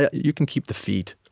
yeah you can keep the feet,